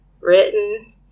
written